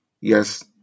Yes